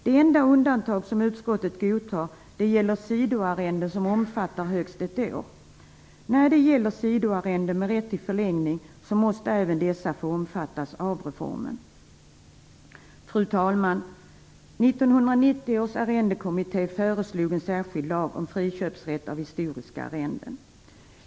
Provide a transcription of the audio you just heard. Det enda undantag som utskottet godtar gäller sidoarrende som omfattar högst ett år. Även sidoarrenden med rätt till förlängning måste få omfattas av reformen. Fru talman! 1990 års arrendekommitté föreslog en särskild lag om friköpsrätt för historiska arrenden.